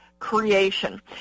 creation